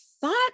thought